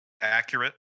accurate